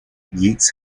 yeats